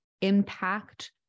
impact